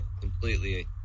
Completely